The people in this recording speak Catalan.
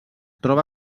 troba